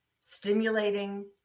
stimulating